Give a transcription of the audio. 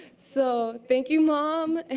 so thank you, mom.